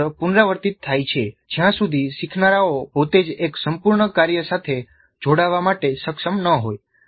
આ ચક્ર પુનરાવર્તિત થાય છે જ્યાં સુધી શીખનારાઓ પોતે જ એક સંપૂર્ણ કાર્ય સાથે જોડાવા માટે સક્ષમ ન હોય